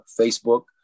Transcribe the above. Facebook